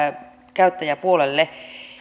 käyttäjäpuolelle